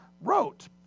wrote